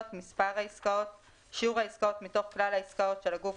מספר העסקאות שיעור העסקאות מתוך כלל העסקאות של הגוף